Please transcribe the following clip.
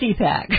CPAC